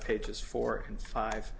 pages four and five